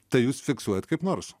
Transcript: tai jūs fiksuojat kaip nors